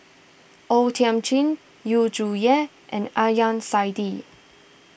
O Thiam Chin Yu Zhuye and Adnan Saidi